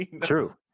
true